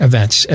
events